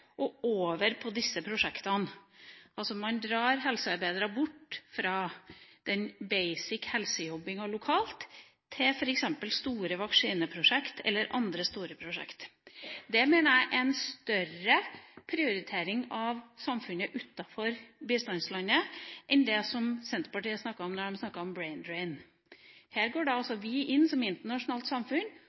og over på disse prosjektene. Man drar helsearbeidere bort fra «basic» helsejobbing lokalt til f.eks. store vaksineprosjekter eller andre store prosjekter. Det mener jeg er en større prioritering av samfunnet utenfor bistandslandet enn det Senterpartiet snakker om når de snakker om «brain drain». Her går altså vi inn som internasjonalt samfunn